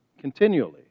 continually